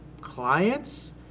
clients